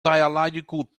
biological